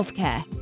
Healthcare